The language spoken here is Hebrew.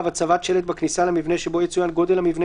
(ו)הצבת שלט בכניסה למבנה ובו יצוין גודל המבנה,